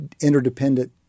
interdependent